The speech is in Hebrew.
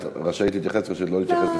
את רשאית להתייחס ורשאית לא להתייחס,